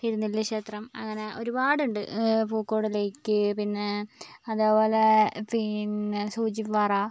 തിരുനെല്ലി ക്ഷേത്രം അങ്ങനെ ഒരുപാട് ഉണ്ട് പൂക്കോട് ലെയ്ക്ക് പിന്നെ അതുപോലെ പിന്നെ സൂജിപ്പാറ